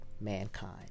mankind